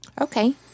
Okay